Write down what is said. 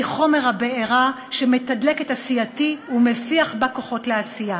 היא חומר הבעירה שמתדלק את עשייתי ומפיח בי כוחות לעשייה.